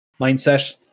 mindset